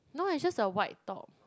no it's just a white top